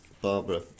Barbara